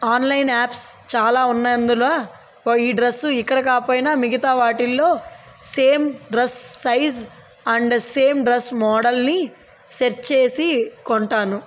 online apps చాలా ఉన్నందులో ఈ డ్రెస్సు ఇక్కడ కాకపోయినా మిగతా వాటిల్లో same dress size and same dress మోడల్ని సెర్చ్ చేసి కొంటాను